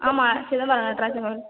ஆமாம் சிதம்பரம் நடராஜன் கோயில்